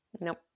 Nope